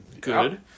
good